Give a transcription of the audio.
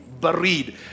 buried